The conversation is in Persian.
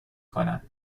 کنم